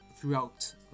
throughout